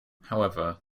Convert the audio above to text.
however